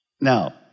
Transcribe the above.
Now